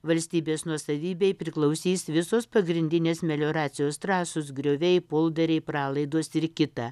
valstybės nuosavybei priklausys visos pagrindinės melioracijos trasos grioviai polderiai pralaidos ir kita